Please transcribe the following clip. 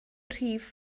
rhif